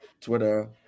Twitter